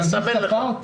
אתה אמרת